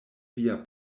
via